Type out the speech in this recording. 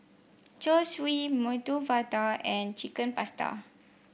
Zosui Medu Vada and Chicken Pasta